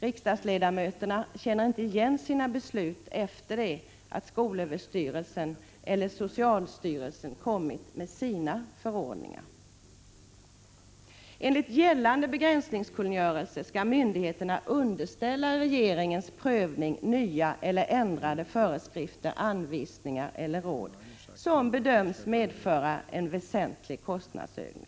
Riksdagsledamöterna känner inte igen sina beslut efter det att Skolöverstyrelsen eller Socialstyrelsen kommit med sina förordningar.” Enligt gällande begränsningskungörelse skall myndigheterna underställa regeringens prövning nya eller ändrade föreskrifter, anvisningar eller råd som bedöms medföra en väsentlig kostnadsökning.